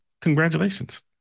Congratulations